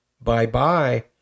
bye-bye